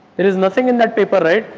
there is nothing in that paper, right?